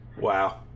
wow